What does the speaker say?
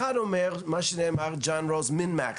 אחד אומר, מה שאמר ג'ון רולס Min-max: